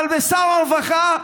אבל שר הרווחה,